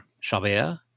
Chabert